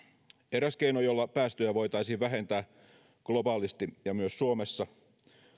eräs keino jolla päästöjä voitaisiin vähentää globaalisti ja myös suomessa